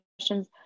questions